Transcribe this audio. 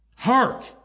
Hark